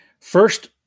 first